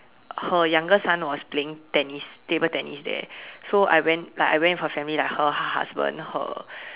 her younger son was playing tennis table tennis there so I went like I went with her family like her her husband her